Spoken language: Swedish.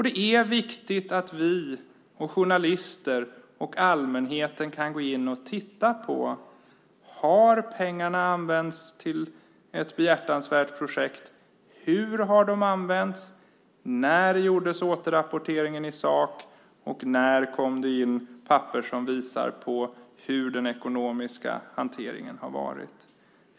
Det är viktigt att vi, journalister och allmänhet kan gå in och se om pengarna har använts till ett behjärtansvärt projekt, hur de har använts, när återrapportering gjordes i sak och när det kom in papper som visar hur den ekonomiska hanteringen har varit.